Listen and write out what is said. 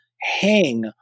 hang